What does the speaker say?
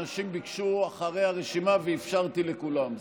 אנשים ביקשו אחרי הרשימה ואפשרתי לכולם,